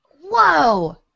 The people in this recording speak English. Whoa